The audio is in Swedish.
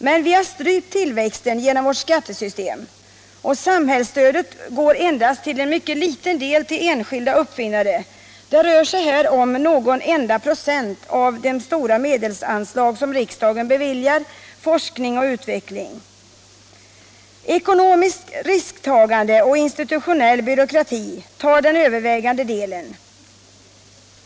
Men vi har strypt tillväxten genom vårt skattesystem och det är endast en mycket liten del av samhällsstödet 173 som går till enskilda uppfinnare — det rör sig om någon enstaka procent av de stora anslag som riksdagen beviljar till forskning och utveckling. Ekonomiskt risktagande och institutionell byråkrati tar den övervägande delen.